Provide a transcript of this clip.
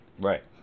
Right